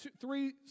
three